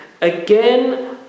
Again